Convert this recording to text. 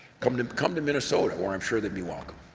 come to come to minnesota where i'm sure they'd be welcome.